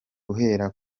guhera